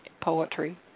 poetry